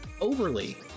Overly